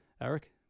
Eric